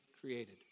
created